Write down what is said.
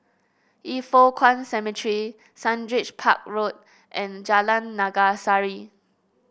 Yin Foh Kuan Cemetery Sundridge Park Road and Jalan Naga Sari